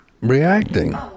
reacting